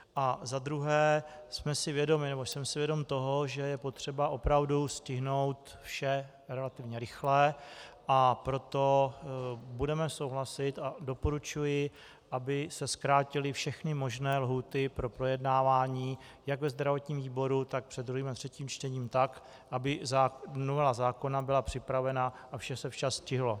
A za druhé jsem si vědom toho, že je potřeba opravdu stihnout vše relativně rychle, a proto budeme souhlasit a doporučuji, aby se zkrátily všechny možné lhůty pro projednávání jak ve zdravotním výboru, tak před druhým a třetím čtením tak, aby novela zákona byla připravena a vše se včas stihlo.